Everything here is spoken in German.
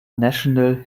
national